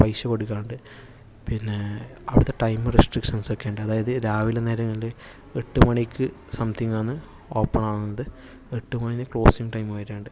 പൈസ കൊടുക്കുന്നുണ്ട് പിന്നെ അവിടുത്തെ ടൈം റിസ്ട്രിക്ഷൻസ് ഒക്കെ ഉണ്ട് അതായത് രാവിലെ നേരങ്ങളില് എട്ട് മണിക്ക് സംമ്തിങ് ആണ് ഓപ്പൺ ആകുന്നത് എട്ട് മണി ക്ലോസിങ് ടൈം ആയിട്ടുണ്ട്